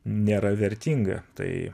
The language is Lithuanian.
nėra vertinga tai